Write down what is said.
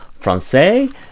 français